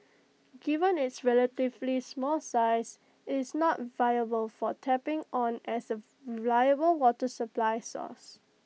given its relatively small size IT is not viable for tapping on as A reliable water supply source